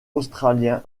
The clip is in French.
australien